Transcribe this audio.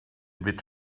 bit